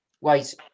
wait